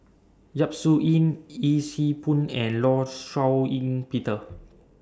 Yap Su Yin Yee Siew Pun and law Shau Ying Peter